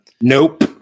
Nope